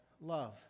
love